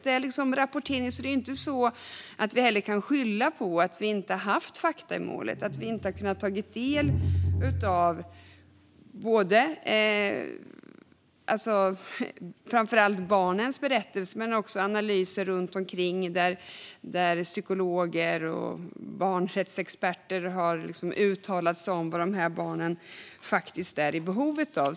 Det finns rapportering, så vi kan inte skylla på att vi inte har haft fakta i målet eller på att vi inte har kunnat ta del av barnens berättelser eller av analyser runt omkring där psykologer och barnrättsexperter har uttalat sig om vad dessa barn är i behov av.